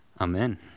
Amen